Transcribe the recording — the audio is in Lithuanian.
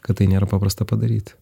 kad tai nėra paprasta padaryti